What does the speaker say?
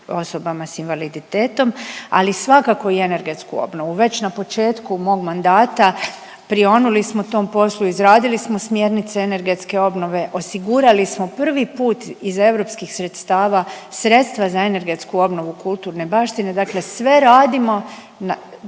osobama s invaliditetom, ali svakako i energetsku obnovu. Već na početku mog mandata prionuli smo tom poslu, izradili smo smjernice energetske obnove, osigurali smo prvi put iz europskih sredstava sredstva za energetsku obnovu kulturne baštine, dakle sve radimo